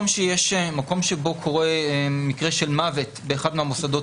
מקום שבו קורה מקרה של מוות באחד מהמוסדות